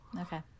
Okay